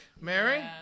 Mary